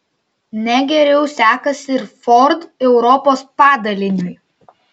ne geriau sekasi ir ford europos padaliniui